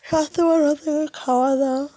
স্বাস্থ্যবান হতে গেলে খাওয়া দাওয়া